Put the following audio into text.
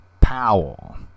Powell